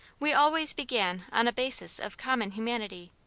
we always began on a basis of common humanity,